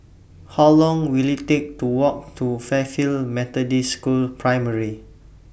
How Long Will IT Take to Walk to Fairfield Methodist School Primary